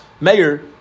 mayor